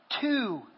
two